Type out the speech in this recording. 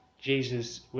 Jesus